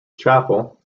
chapel